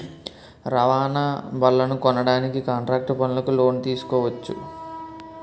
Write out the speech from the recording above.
రవాణా బళ్లనుకొనడానికి కాంట్రాక్టు పనులకు లోను తీసుకోవచ్చు